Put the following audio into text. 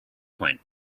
point